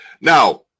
Now